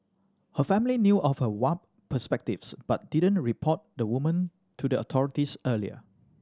her family knew of her warped perspectives but didn't report the woman to the authorities earlier